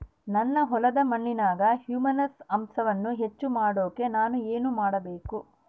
ನನ್ನ ಹೊಲದ ಮಣ್ಣಿನಾಗ ಹ್ಯೂಮಸ್ ಅಂಶವನ್ನ ಹೆಚ್ಚು ಮಾಡಾಕ ನಾನು ಏನು ಮಾಡಬೇಕು?